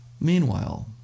Meanwhile